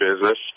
business